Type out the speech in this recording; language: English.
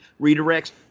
redirects